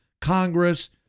Congress